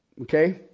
Okay